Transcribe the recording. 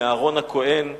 מאהרן הכוהן,